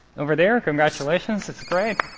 over there? congratulations. that's great.